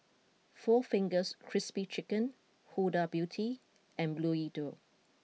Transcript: Four Fingers Crispy Chicken Huda Beauty and Bluedio